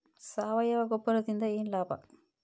ಸಾವಯವ ಗೊಬ್ಬರದಿಂದ ಏನ್ ಲಾಭ?